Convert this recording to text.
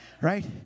Right